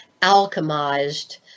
alchemized